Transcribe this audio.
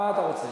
מה אתה רוצה?